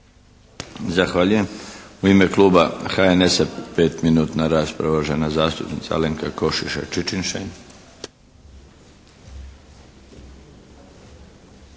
Zahvaljujem. U ime kluba HNS-a, 5-minutna rasprava, uvažena zastupnica Alenka Košiša Čičin-Šain.